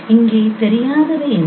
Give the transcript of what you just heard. எனவே இங்கே தெரியாதவை என்ன